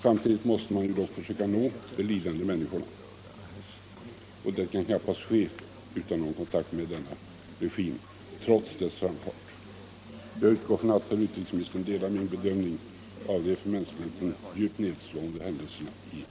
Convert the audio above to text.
Samtidigt måste man dock försöka nå de lidande människorna, och det kan knappast ske utan någon kontakt med denna regim trots dess framfart. Jag utgår från att herr utrikesministern delar min bedömning av de för mänskligheten djupt nedslående händelserna i Cambodja.